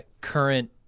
current